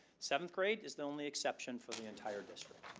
seventh grade is the only exception for the entire district.